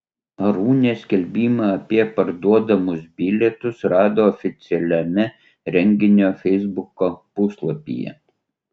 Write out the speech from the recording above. arūnė skelbimą apie perparduodamus bilietus rado oficialiame renginio feisbuko puslapyje